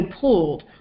pulled